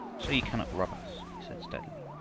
so you cannot rob us, he said steadily,